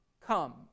come